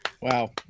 Wow